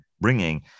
bringing